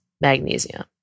magnesium